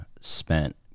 spent